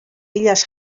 illes